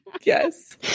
Yes